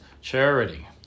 charity